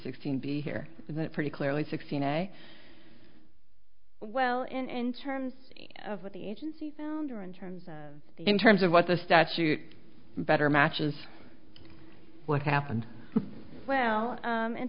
sixteen be here that pretty clearly sixteen a well in terms of what the agency found or in terms of the in terms of what the statute better matches what happened well